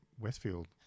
Westfield